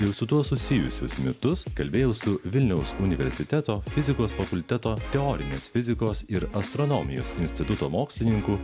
ir su tuo susijusius mitus kalbėjau su vilniaus universiteto fizikos fakulteto teorinės fizikos ir astronomijos instituto mokslininku